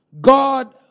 God